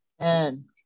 Amen